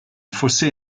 fossé